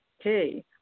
okay